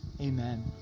amen